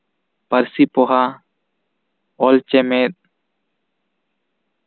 ᱯᱟᱹᱨᱥᱤ ᱯᱚᱦᱟ ᱚᱞ ᱪᱮᱢᱮᱫ